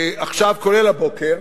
כולל הבוקר,